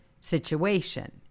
situation